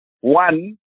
one